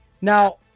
Now